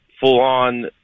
full-on